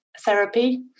therapy